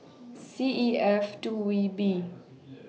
C E F two V B